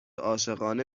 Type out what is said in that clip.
عاشقانه